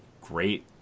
great